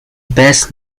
best